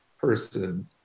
person